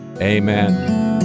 Amen